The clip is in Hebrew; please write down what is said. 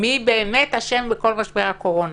מי באמת אשם בכל משבר הקורונה?